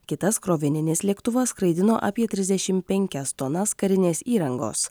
kitas krovininis lėktuvas skraidino apie trisdešimt penkias tonas karinės įrangos